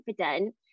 confident